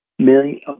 million